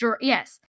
yes